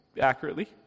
accurately